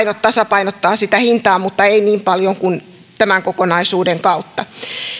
tasapainottaa sitä hintaa mutta ei niin paljon kuin tämän kokonaisuuden kautta